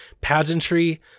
pageantry